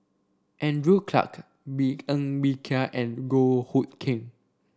Andrew Clarke Bee Ng Bee Kia and Goh Hood Keng